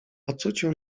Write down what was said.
ocucił